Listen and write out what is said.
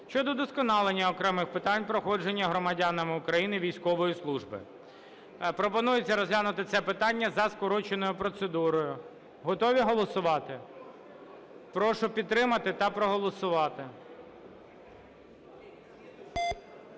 щодо удосконалення окремих питань проходження громадянами України військової служби. Пропонується розглянути це питання за скороченою процедурою. Готові голосувати? Прошу підтримати та проголосувати.